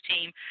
team